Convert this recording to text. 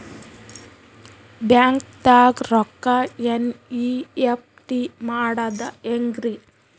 ಬ್ಯಾಂಕ್ದಾಗ ರೊಕ್ಕ ಎನ್.ಇ.ಎಫ್.ಟಿ ಮಾಡದ ಹೆಂಗ್ರಿ?